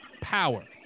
power